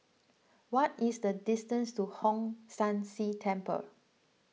what is the distance to Hong San See Temple